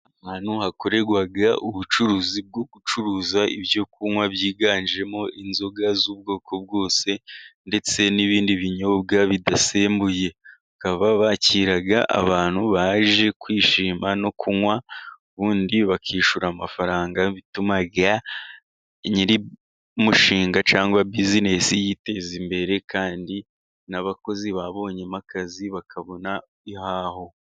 Ahantu hakorerwa ubucuruzi bwo gucuruza ibyo kunywa byiganjemo inzoga z'ubwoko bwose, ndetse n'ibindi binyobwa bidasembuye. Bakaba bakira abantu baje kwishima no kunywa, ubundi bakishyura amafaranga. Bituma nyir'umushinga cyangwa bisinesi yiteza imbere, kandi n'abakozi babonyemo akazi bakabona ihaho.